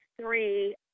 three